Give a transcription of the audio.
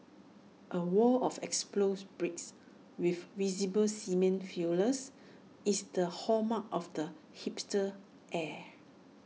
A wall of exposed bricks with visible cement fillers is the hallmark of the hipster's air